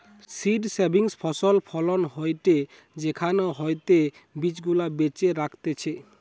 seed saving ফসল ফলন হয়টে সেখান হইতে বীজ গুলা বেছে রাখতিছে